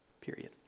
Period